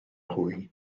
hwy